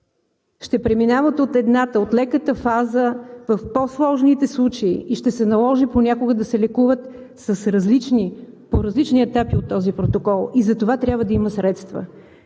ще преминават от едната – от леката фаза, в по-сложните случаи и ще се наложи понякога да се лекуват по различни етапи от този протокол и затова трябва да има средства.